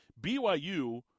BYU